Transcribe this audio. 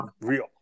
real